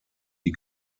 die